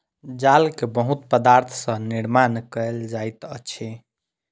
जाल के बहुत पदार्थ सॅ निर्माण कयल जाइत अछि